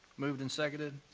moved and seconded.